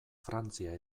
frantzia